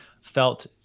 felt